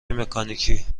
مکانیکی